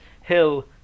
Hill